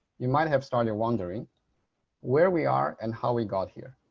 you might have started wondering where we are and how we got here.